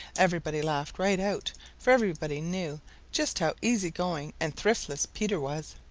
everybody laughed right out, for everybody knew just how easy-going and thriftless peter was.